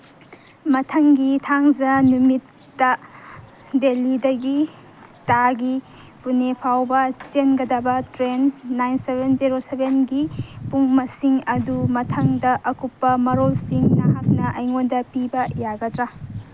ꯃꯊꯪꯒꯤ ꯊꯥꯡꯖ ꯅꯨꯃꯤꯠꯇ ꯗꯦꯜꯂꯤꯗꯒꯤ ꯇꯥꯒꯤ ꯄꯨꯅꯦ ꯐꯥꯎꯕ ꯆꯦꯟꯒꯗꯕ ꯇ꯭ꯔꯦꯟ ꯅꯥꯏꯟ ꯁꯕꯦꯟ ꯖꯦꯔꯣ ꯁꯕꯦꯟꯒꯤ ꯄꯨꯡ ꯃꯁꯤꯡ ꯑꯗꯨ ꯃꯊꯪꯗ ꯑꯀꯨꯞꯄ ꯃꯔꯣꯜꯁꯤꯡ ꯅꯍꯥꯛꯅ ꯑꯩꯉꯣꯟꯗ ꯄꯤꯕ ꯌꯥꯒꯗ꯭ꯔꯥ